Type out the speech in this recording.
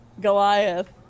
Goliath